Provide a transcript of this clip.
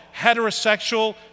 heterosexual